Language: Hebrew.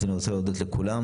אז אני רוצה להודות לכולם.